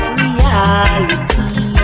reality